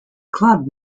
club